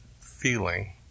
feeling